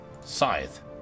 scythe